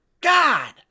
God